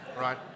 right